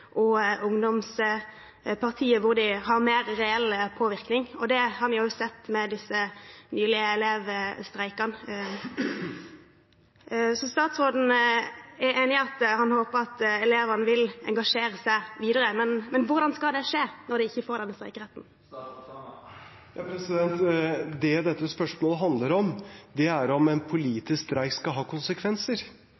og ungdomspartier, hvor de har mer reell påvirkning. Det har vi også sett med disse nylige elevstreikene. Statsråden håper at elevene vil engasjere seg videre, men hvordan skal det skje når de ikke får denne streikeretten? Det dette spørsmålet handler om, er om en